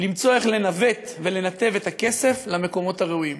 למצוא איך לנווט ולנתב את הכסף למקומות הראויים.